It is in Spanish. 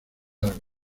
darwin